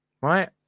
Right